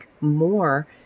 more